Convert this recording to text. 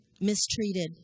mistreated